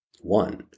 One